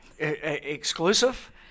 Exclusive